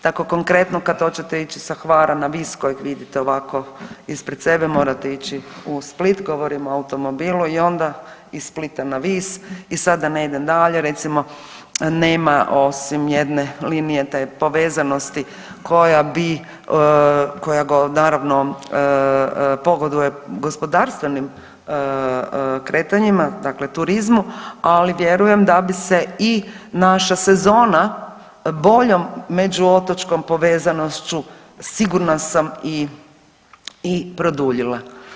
Tako konkretno kada hoćete ići sa Hvara na Vis kojeg vidite ovako ispred sebe morate ići u Split, govorim o automobilu, i onda iz Splita na Vis i sada da ne idem dalje, recimo nema osim jedne linije te povezanosti koja naravno pogoduje gospodarstvenim kretanjima dakle turizmu, ali vjerujem da bi se i naša sezona boljom među otočkom povezanošću sigurna sam i produljila.